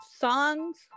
songs